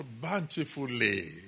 bountifully